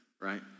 right